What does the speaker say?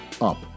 up